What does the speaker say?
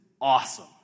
awesome